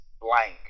blank